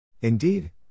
Indeed